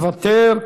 מוותר,